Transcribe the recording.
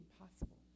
impossible